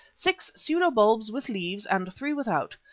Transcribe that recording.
six pseudo-bulbs with leaves, and three without.